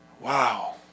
wow